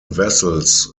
vessels